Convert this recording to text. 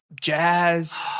jazz